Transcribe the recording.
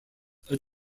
are